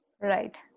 Right